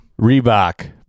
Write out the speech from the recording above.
Reebok